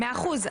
מאה אחוז,